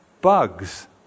bugs